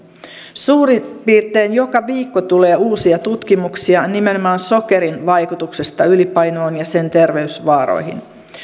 suurin piirtein joka viikko tulee uusia tutkimuksia nimenomaan sokerin vaikutuksesta ylipainoon ja sen terveysvaaroista